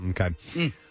Okay